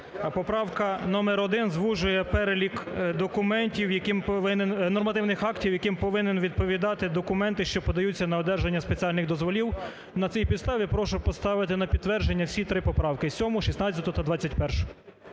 поправка номер один звужує перелік документів, яким повинен… нормативних актів, яким повинні відповідати документи, що подаються на одержання спеціальних дозволів. На цій підставі прошу поставити на підтвердження всі 3 поправки: 7-у,16-у та 21-у.